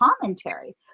commentary